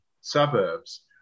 suburbs